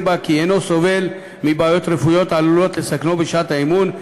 בה כי אינו סובל מבעיות רפואיות העלולות לסכנו בשעת האימון,